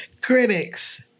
Critics